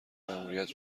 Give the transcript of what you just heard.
مأموریت